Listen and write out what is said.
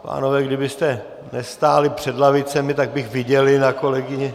Pánové, kdybyste nestáli před lavicemi, tak bych viděl i na kolegyni.